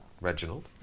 Reginald